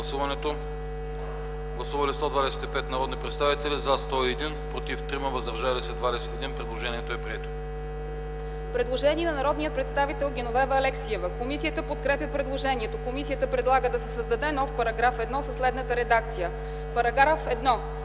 Предложението е прието.